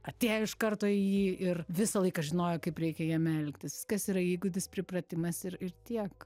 atėjo iš karto į jį ir visą laiką žinojo kaip reikia jame elgtis kas yra įgūdis pripratimas ir ir tiek